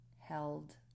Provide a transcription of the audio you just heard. held